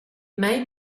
may